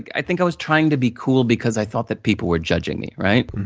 i think i was trying to be cool, because i thought that people were judging me, right?